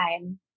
time